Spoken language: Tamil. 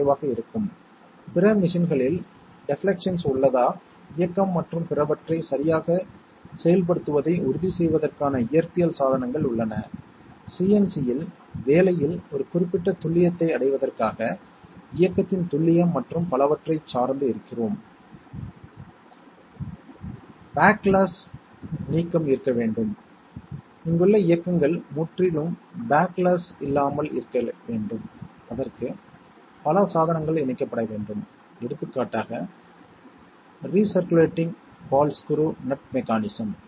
நாம் அதன் காம்ப்ளிமென்ட் ஐ எடுத்து டி மோர்கனின் விதியைப் பயன்படுத்தியுள்ளோம் இறுதியில் ' ஐ பெற்றுள்ளோம் எனவே இந்த குறிப்பிட்ட சொல் A AND B XOR C' plus என எளிதாகிறது மன்னிக்கவும் A AND B XOR Cʹ OR A AND B XOR C A XOR B XOR C எனவே இது கூட்டுத்தொகையின் எளிமைப்படுத்தப்பட்ட வடிவம் ஒரு சிறிய நியூமெரிக்கல் ப்ரோப்லேம்மை எடுத்துக் கொள்வோம்